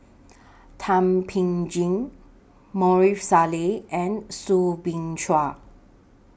Thum Ping Tjin Maarof Salleh and Soo Bin Chua